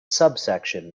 subsection